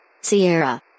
Sierra